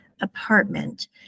apartment